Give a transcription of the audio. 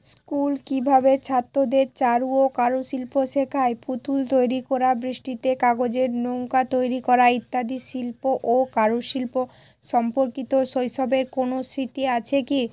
school কীভাবে ছাত্তদের চারু ও কারুশিল্প শেখায় পুতুল তৈরি করা বৃষ্টিতে কাগজের নৌকা তৈরি করা ইত্যাদি শিল্প ও কারুশিল্প সম্পর্কিত শৈশবের কোনো স্মৃতি আছে কি